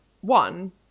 one